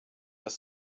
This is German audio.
das